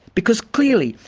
because, clearly,